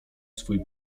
swój